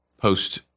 post